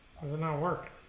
was a network